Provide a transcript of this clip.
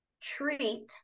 treat